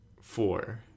four